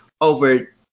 over